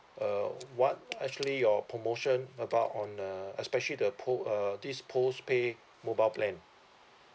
uh what actually your promotion about on a especially the po~ uh this postpaid mobile plan